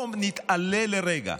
בואו נתעלה לרגע,